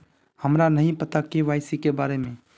हमरा नहीं पता के.वाई.सी के बारे में?